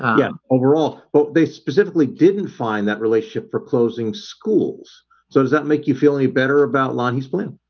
yeah overall, but they specifically didn't find that relationship for closing schools so does that make you feel any better about lonnie's plan?